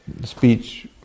speech